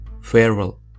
Farewell